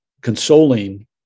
consoling